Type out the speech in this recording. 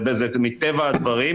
זה מטבע הדברים.